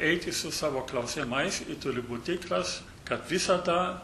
eiti su savo klausimais turi būt tikras kad visą tą